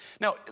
Now